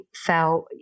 felt